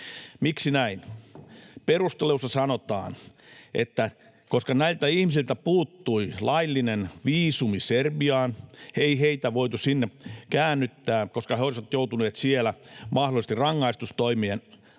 Miksi näin? Perusteluissa sanotaan, että koska näiltä ihmisiltä puuttui laillinen viisumi Serbiaan, ei heitä voitu sinne käännyttää, koska he olisivat joutuneet siellä mahdollisesti rangaistustoimien alaisiksi.